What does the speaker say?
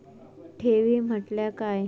ठेवी म्हटल्या काय?